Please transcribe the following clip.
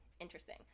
interesting